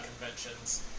conventions